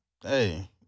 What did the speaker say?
Hey